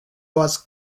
was